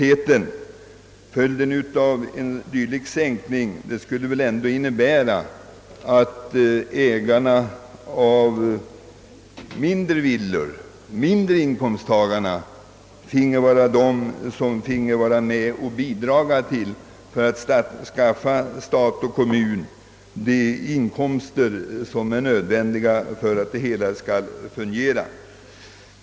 Men följden av en dylik sänkning skulle ju vara att de mindre inkomsttagarna finge ytterligare bidra till att skaffa stat och kommun de inkomster som är nödvändiga för att det hela skall fungera.